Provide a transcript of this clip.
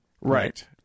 Right